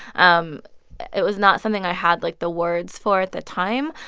um it was not something i had, like, the words for at the time.